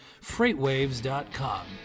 FreightWaves.com